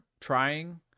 trying